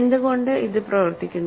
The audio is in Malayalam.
എന്തുകൊണ്ട് ഇത് പ്രവർത്തിക്കുന്നു